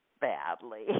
badly